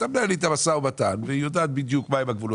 אתה מנהל איתה משא ומתן והיא יודעת בדיוק מה הם הגבולות.